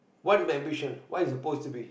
what my ambition what it's supposed to be